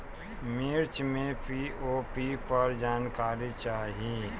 मिर्च मे पी.ओ.पी पर जानकारी चाही?